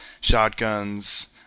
shotguns